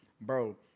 bro